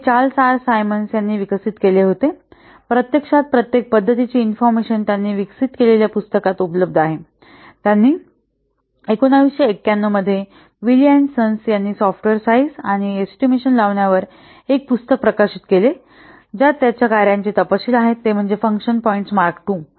हे Charles R Symons यांनी विकसित केले होते प्रत्यक्षात प्रत्येक पद्धतीची इन्फॉरमेशन त्याने विकसित केलेल्या पुस्तकात उपलब्ध आहे त्यांनी 1991 मध्ये विली आणि सन्स यांनी सॉफ्टवेअर साईझ आणि अंदाज लावण्यावर एक पुस्तक प्रकाशित केले आहे ज्यात त्याच्या कार्याचे तपशील आहेत ते म्हणजे फंक्शन पॉईंट्स मार्क II